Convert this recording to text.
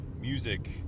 music